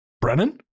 Brennan